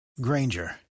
Granger